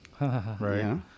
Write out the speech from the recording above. Right